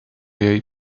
jej